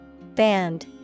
Band